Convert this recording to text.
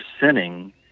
sinning